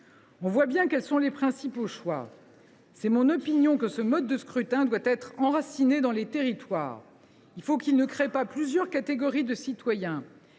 On voit bien quels sont les principaux choix. Mon opinion est que ce mode de scrutin doit être enraciné dans les territoires ; il faut qu’il ne crée pas plusieurs catégories de citoyens